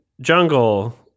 jungle